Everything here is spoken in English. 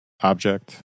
object